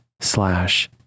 slash